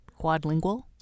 quadlingual